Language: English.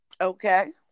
Okay